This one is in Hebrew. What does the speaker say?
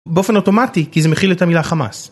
באופן אוטומטי כי זה מכיל את המילה חמאס.